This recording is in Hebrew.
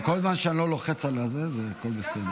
כל זמן שאני לא לוחץ על זה, הכול בסדר.